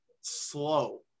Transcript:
slow